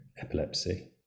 epilepsy